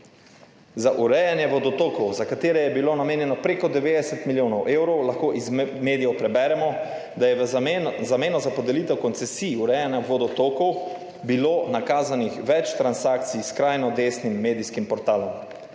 Za urejanje vodotokov, za katere je bilo namenjeno preko 90 milijonov evrov, lahko iz medijev preberemo, da je v zameno za podelitev koncesij urejanja vodotokov bilo nakazanih več transakcij s skrajno desnim medijskim portalom.